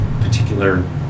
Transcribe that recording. particular